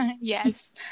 Yes